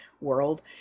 world